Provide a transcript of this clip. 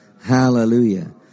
Hallelujah